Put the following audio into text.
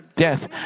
Death